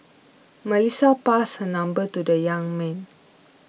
Melissa passed her number to the young man